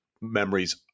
memories